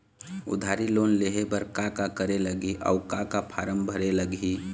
उधारी लोन लेहे बर का का करे लगही अऊ का का फार्म भरे लगही?